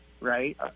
right